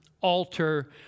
altar